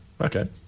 Okay